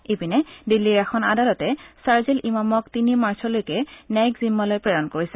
ইপিনে দিল্লীৰ এখন আদালতে শ্বাৰ্জিল ইমামক তিনি মাৰ্চলৈকে ন্যায়িক জিম্মালৈ প্ৰেৰণ কৰিছে